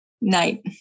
Night